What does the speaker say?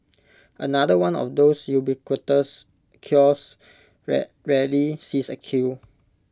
another one of those ubiquitous kiosks that rarely sees A queue